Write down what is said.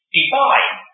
divine